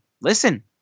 listen